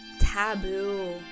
taboo